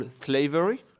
slavery